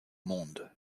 monde